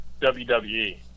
WWE